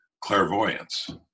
clairvoyance